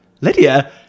Lydia